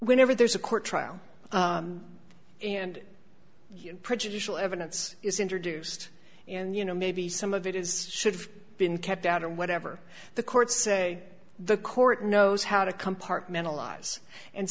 whenever there's a court trial and prejudicial evidence is introduced and you know maybe some of it is should have been kept out of whatever the courts say the court knows how to compartmentalize and